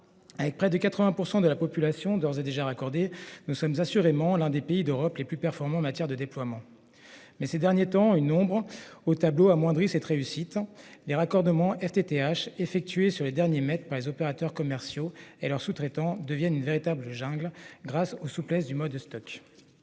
que près de 80 % de la population est d'ores et déjà raccordée, nous sommes assurément l'un des pays d'Europe les plus performants en matière de déploiement même si, ces derniers temps, une ombre au tableau atténue cette réussite : les raccordements FttH (- fibre jusqu'à l'abonné) effectués sur les derniers mètres par les opérateurs commerciaux et leurs sous-traitants sont devenus une véritable jungle du fait de la souplesse du mode Stoc.